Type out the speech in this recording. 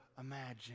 imagine